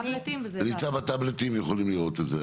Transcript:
זה נמצא בטאבלטים יכולים לראות את זה,